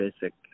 basic